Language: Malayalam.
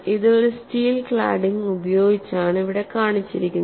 ഇത് ഒരു സ്റ്റീൽ ക്ലാഡിംഗ് ഉപയോഗിച്ചാണ് ഇവിടെ കാണിച്ചിരിക്കുന്നത്